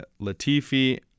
Latifi